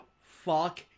Fuck